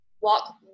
walk